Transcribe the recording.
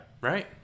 Right